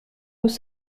nous